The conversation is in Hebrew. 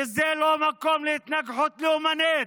וזה לא המקום להתנגחות לאומנית.